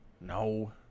No